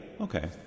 okay